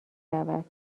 رود